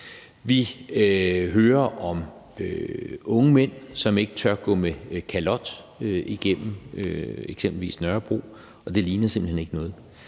Vi hører om unge mænd, som ikke tør gå med kalot igennem eksempelvis Nørrebro, og det ligner simpelt hen ikke noget.